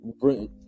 bring